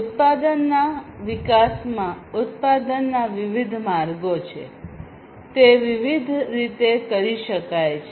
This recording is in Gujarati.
ઉત્પાદનના વિકાસમાં ઉત્પાદનના વિવિધ માર્ગો છે તે વિવિધ રીતે કરી શકાય છે